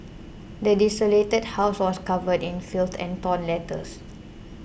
the desolated house was covered in filth and torn letters